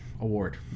award